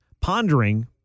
pondering